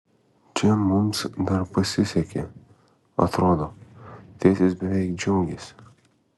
čia mums dar pasisekė atrodo tėtis beveik džiaugėsi